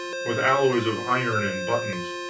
with alloys of iron and buttons.